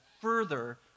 further